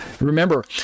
remember